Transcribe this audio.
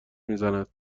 میزند